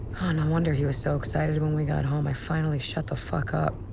ah no wonder he was so excited when we got home. i finally shut the fuck up.